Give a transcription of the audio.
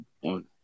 one